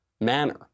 manner